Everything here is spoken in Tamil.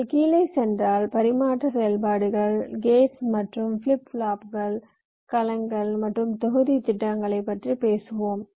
நீங்கள் கீழே சென்றால் பரிமாற்ற செயல்பாடுகள் கேட்ஸ் மற்றும் ஃபிளிப் ஃப்ளாப்புகள் கலங்கள் மற்றும் தொகுதித் திட்டங்களைப் பற்றி பேசுவோம்